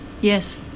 yes